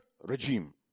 regime